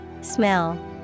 Smell